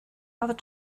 other